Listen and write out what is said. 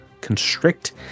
Constrict